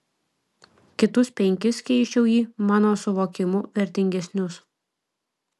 kitus penkis keisčiau į mano suvokimu vertingesnius